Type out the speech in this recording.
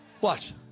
watch